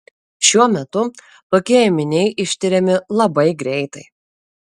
šiuo metu tokie ėminiai ištiriami labai greitai